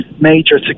major